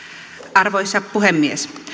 arvoisa puhemies